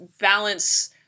balance